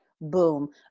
boom